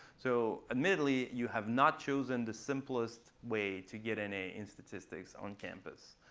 so, admittedly, you have not chosen the simplest way to get an a in statistics on campus.